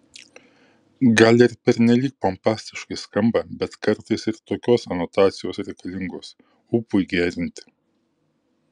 gal ir pernelyg pompastiškai skamba bet kartais ir tokios anotacijos reikalingos ūpui gerinti